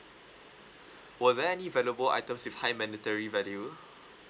were there any valuable items with high monetary value